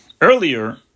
Earlier